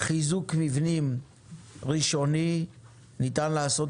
חיזוק ראשוני של המבנים ניתן לעשות